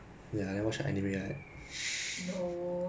ya but quite sad lah for all the